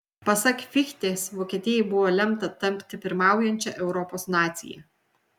pasak fichtės vokietijai buvo lemta tapti pirmaujančia europos nacija